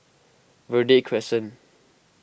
Verde Crescent